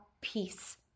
peace